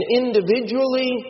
individually